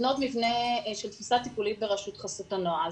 לבנות מבנה של תפיסה טיפולית ברשות חסות הנוער.